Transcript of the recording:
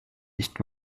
nicht